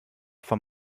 von